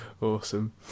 awesome